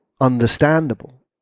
understandable